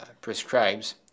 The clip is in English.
prescribes